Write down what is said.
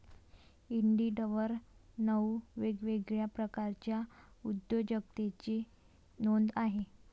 इंडिडवर नऊ वेगवेगळ्या प्रकारच्या उद्योजकतेची नोंद आहे